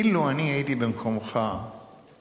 אילו אני הייתי במקומך היום,